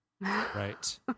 Right